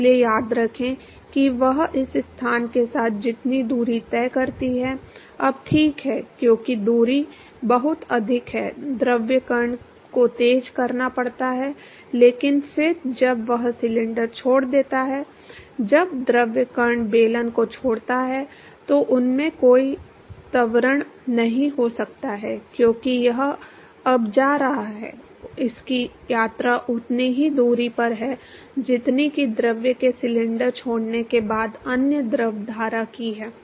इसलिए याद रखें कि वह इस स्थान के साथ जितनी दूरी तय करती है अब ठीक है क्योंकि दूरी बहुत अधिक है द्रव कण को तेज करना पड़ता है लेकिन फिर जब वह सिलेंडर छोड़ देता है जब द्रव कण बेलन को छोड़ता है तो उसमें कोई त्वरण नहीं हो सकता है क्योंकि यह अब जा रहा है इसकी यात्रा उतनी ही दूरी पर है जितनी कि द्रव के सिलेंडर छोड़ने के बाद अन्य द्रव धारा की है